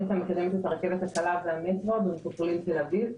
נת"ע מקדמת את הרכבת הקלה והמטרו במטרופולין תל אביב.